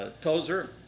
Tozer